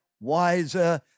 wiser